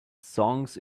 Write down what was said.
songs